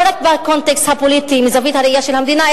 לא רק בקונטקסט הפוליטי מזווית הראייה של המדינה,